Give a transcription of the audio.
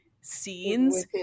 scenes